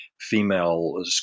female